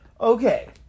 Okay